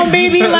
baby